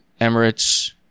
Emirates